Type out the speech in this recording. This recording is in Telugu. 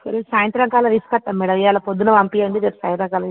సరే సాయంత్రం కల్లా తీసుకొస్తాం మేడం ఇవాళ్ళ పొద్దున్న పంపించండి రేపు సాయంత్రం